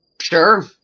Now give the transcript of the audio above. Sure